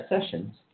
Sessions